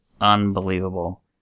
unbelievable